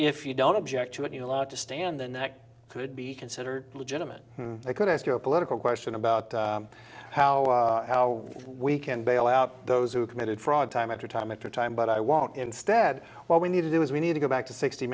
if you don't object to it you know allowed to stand then that could be considered legitimate they could ask you a political question about how how we can bail out those who committed fraud time after time after time but i won't instead what we need to do is we need to go back to sixty